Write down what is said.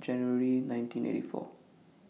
January nineteen eighty four